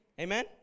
Amen